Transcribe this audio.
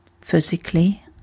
physically